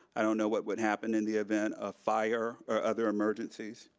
i don't know what would happen in the event of fire, or other emergencies,